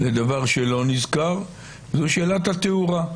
לדבר שלא נזכר, וזו שאלת התאורה.